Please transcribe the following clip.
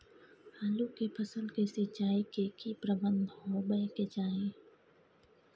आलू के फसल के सिंचाई के की प्रबंध होबय के चाही?